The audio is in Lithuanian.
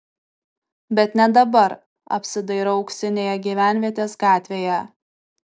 bet ne dabar apsidairau auksinėje gyvenvietės gatvėje